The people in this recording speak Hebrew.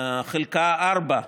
חלקה 4,